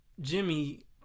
Jimmy